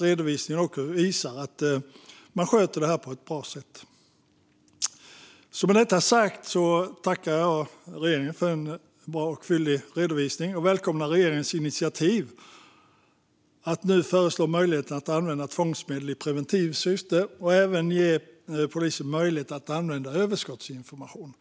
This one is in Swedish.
Redovisningen visar att man sköter det på ett bra sätt. Med detta sagt tackar jag regeringen för en bra och fyllig redovisning. Jag välkomnar regeringens initiativ att nu föreslå möjligheten att använda tvångsmedel i preventivt syfte och även ge polisen möjlighet att använda överskottsinformation.